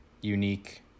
unique